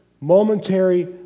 momentary